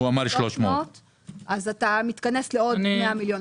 הוא אמר 300. אז אתה מתכנס לעוד 100 מיליון.